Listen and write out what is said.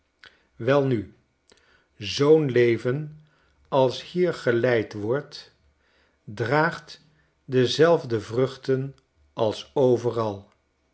welnu zoo'n leven als hier geleid wordt draagt dezelfde vruchten als overal